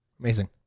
Amazing